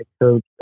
coach